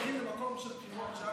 היינו הולכים למקום של בחירות,